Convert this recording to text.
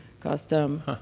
Custom